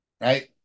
Right